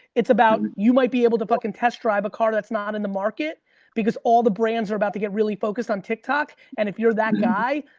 it's about you might be able to fucking test drive a car that's not in the market because all the brands are about to get really focused on tik tok. and if you're that guy,